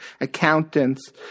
accountants